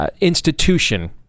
institution